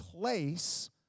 place